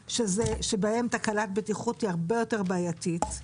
שבהם תקלת בטיחות היא הרבה יותר בעייתית.